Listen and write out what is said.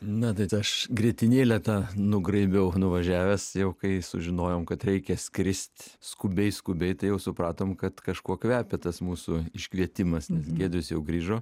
na tai aš grietinėlę tą nugraibiau nuvažiavęs jau kai sužinojom kad reikia skrist skubiai skubiai tai jau supratom kad kažkuo kvepia tas mūsų iškvietimas nes giedrius jau grįžo